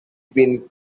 been